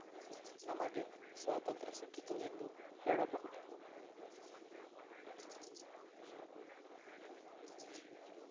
ನಮಗೆ ಸ್ವಾತಂತ್ರ್ಯ ಸಿಕ್ಕಿತ್ತು ಎಂದು ಹೇಳಬಹುದು